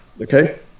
okay